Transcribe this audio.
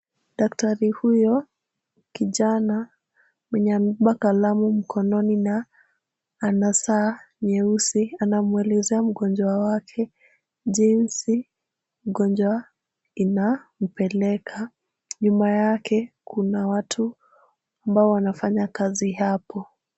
Daktari huyo kijana mwenye amebeba kalamu mkononi na ana saa nyeusi, anamuelezea mgonjwa wake jinsi ugonjwa inampeleka. Nyuma yake kuna watu ambao wanafanya kazi hapo.